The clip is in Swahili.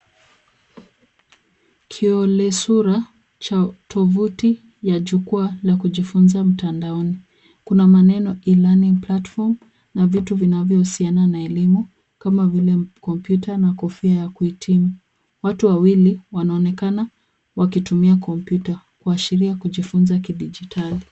Kiolesura cha tuvuti ya jukwaa la kujifunza mtandaoni. Kuna maneno E-Learning Platform na vitu vinavyohusiana na elimu, kama vile kompyuta na kofia ya kuhitimu. Watu wawili wanaonekana wakitumia kompyuta kuashiria kujifunza kidigitali.